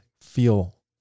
feel